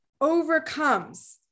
overcomes